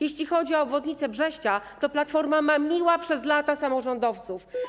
Jeśli chodzi o obwodnicę Brześcia, to Platforma mamiła przez lata samorządowców.